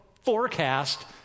forecast